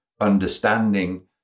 understanding